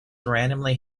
randomly